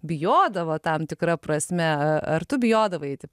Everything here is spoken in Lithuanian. bijodavo tam tikra prasme ar tu bijodavai eit į